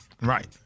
Right